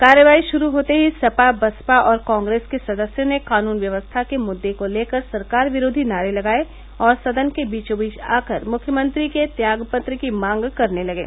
कार्यवाही शुरू होते ही सपा बसपा और कांग्रेस के सदस्यों ने कानून व्यवस्था के मुद्दे को लेकर सरकार विरोधी नारे लगाये और सदन के बीचोबीच आकर मुख्यमंत्री के त्यागपत्र की मांग करने लगे